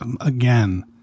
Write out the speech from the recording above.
again